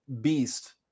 beast